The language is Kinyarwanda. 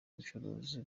ubucuruzi